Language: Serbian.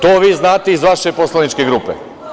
To vi znate iz vaše poslaničke grupe.